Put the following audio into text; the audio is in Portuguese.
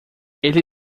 ele